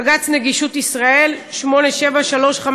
בג"ץ נגישות ישראל 8735/11,